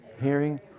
Hearing